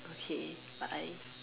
okay bye